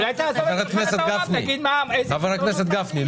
חבר הכנסת גפני,